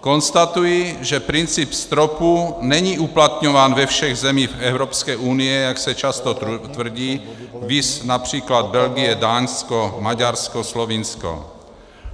Konstatuji, že princip stropů není uplatňován ve všech zemích Evropské unie, jak se často tvrdí, viz například Belgie, Dánsko, Maďarsko, Slovinsko,